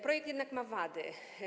Projekt jednak ma wady.